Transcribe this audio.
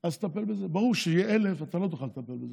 1,000 תטפל בזה?